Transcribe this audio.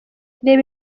reba